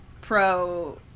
pro-